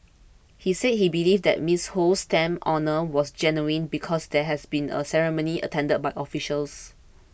he said he believed that Miss Ho's stamp honour was genuine because there had been a ceremony attended by officials